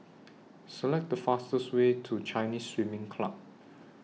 Select The fastest Way to Chinese Swimming Club